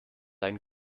ein